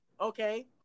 Okay